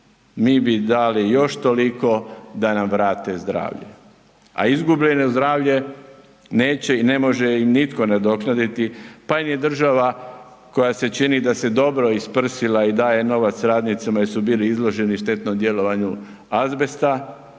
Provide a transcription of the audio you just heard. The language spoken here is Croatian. mi bi dali još toliko da nam vrate zdravlje, a izgubljeno zdravlje neće i ne može im nitko nadoknaditi, pa ni država koja se čini da se dobro isprsila i daje novac radnicima jer su bili izloženi štetnom djelovanju azbesta